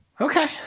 Okay